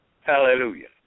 Hallelujah